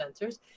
sensors